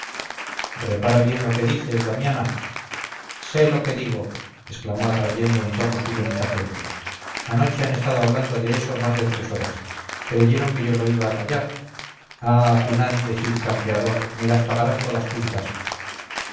repara bien lo que dices damiana sé lo que digo exclamó atrayendo en torno suyo mucha gente anoche han estado hablando de eso más de tres horas creyeron que yo lo iba a callar ah tunante cid campeador me las pagarás todas juntas